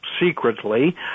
secretly